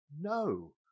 No